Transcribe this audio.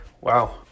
wow